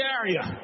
area